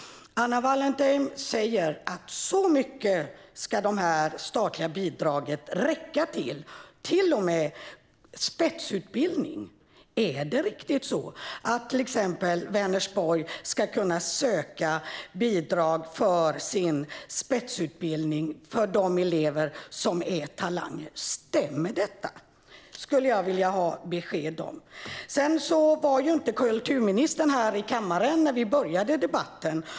Anna Wallentheim säger att de statliga bidragen ska räcka till mycket, till och med spetsutbildning. Är det verkligen så att till exempel Vänersborg ska kunna söka bidrag för sin spetsutbildning för de elever som är talanger? Stämmer detta? Det skulle jag vilja ha besked om. Kulturministern var inte här i kammaren när vi började debatten.